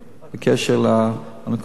בקשר לאונקולוגיה.